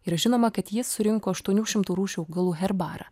ir žinoma kad jis surinko aštuonių šimtų rūšių augalų herbarą